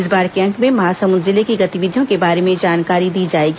इस बार के अंक में महासमुंद जिले की गतिविधियों के बारे में जानकारी दी जाएगी